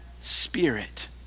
spirit